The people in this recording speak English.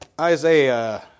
Isaiah